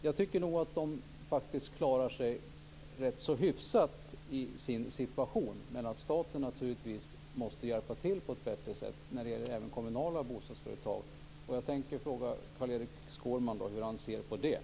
Jag tycker nog att de kommunala bostadsbolagen klarar sig rätt hyfsat med tanke på den situation som de befinner sig i. Men staten måste naturligtvis hjälpa till på ett bättre sätt även när det gäller kommunala bostadsföretag, och jag vill fråga Carl-Erik Skårman hur han ser på detta.